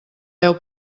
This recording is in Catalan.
deu